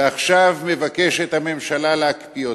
ועכשיו מבקשת הממשלה להקפיא אותם.